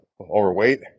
overweight